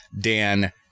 Dan